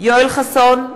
יואל חסון,